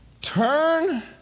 turn